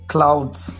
Clouds